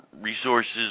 resources